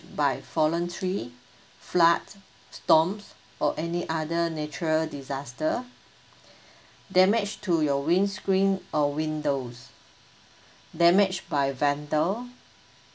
by fallen tree flood storms or any other natural disaster damage to your windscreen or windows damage by vandal